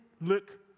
look